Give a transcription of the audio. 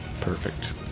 Perfect